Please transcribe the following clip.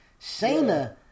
Shayna